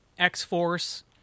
X-Force